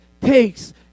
takes